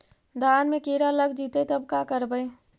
धान मे किड़ा लग जितै तब का करबइ?